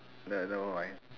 ya never mind